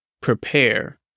prepare